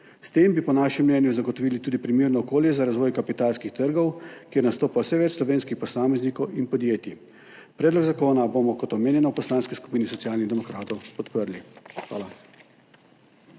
S tem bi po našem mnenju zagotovili tudi primerno okolje za razvoj kapitalskih trgov, kjer nastopa vse več slovenskih posameznikov in podjetij. Predlog zakona bomo, kot omenjeno, v Poslanski skupini Socialnih demokratov podprli. Hvala.